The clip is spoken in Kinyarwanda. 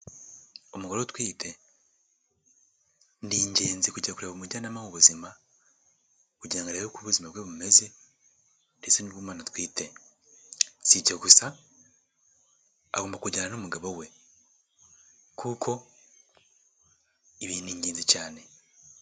Umugore utwite ni ingenzi kujya kureba umujyanama w’ubuzima kugira ngo arebe uko ubuzima bwe bumeze ndetse n'ubw’umwana atwite si icyo gusa agomba kujyana n'umugabo we kuko ibi ni ingenzi cyane.